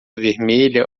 vermelha